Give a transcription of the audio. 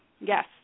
yes